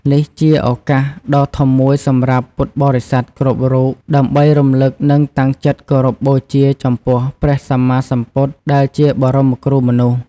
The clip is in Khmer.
នេះជាឱកាសដ៏ធំមួយសម្រាប់ពុទ្ធបរិស័ទគ្រប់រូប ដើម្បីរំលឹក និងតាំងចិត្តគោរពបូជាចំពោះព្រះសម្មាសម្ពុទ្ធ ដែលជាបមរគ្រូមនុស្ស។